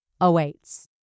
awaits